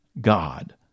God